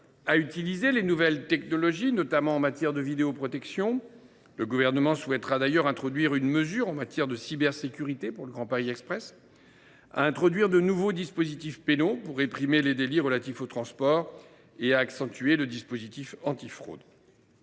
à utiliser les nouvelles technologies, notamment en matière de vidéoprotection – le Gouvernement souhaitera d’ailleurs introduire une mesure en matière de cybersécurité pour le Grand Paris Express –, à introduire de nouveaux dispositifs pénaux pour réprimer les délits relatifs aux transports et à accentuer le dispositif antifraude.